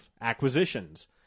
acquisitions